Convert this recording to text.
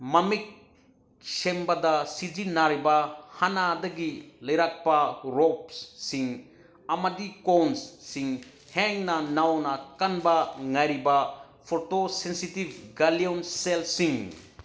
ꯃꯃꯤꯠ ꯁꯦꯝꯕꯗ ꯁꯤꯖꯤꯟꯅꯔꯤꯕ ꯍꯥꯟꯅꯗꯒꯤ ꯂꯩꯔꯛꯄ ꯔꯣꯞꯁꯤꯡ ꯑꯃꯗꯤ ꯀꯣꯟꯁꯤꯡ ꯍꯦꯟꯅ ꯅꯧꯕ ꯀꯟꯕ ꯉꯥꯏꯔꯤꯕ ꯐꯣꯇꯣ ꯁꯦꯟꯁꯤꯇꯤꯞ ꯒꯦꯂꯤꯌꯣꯟ ꯁꯦꯜꯁꯤꯡ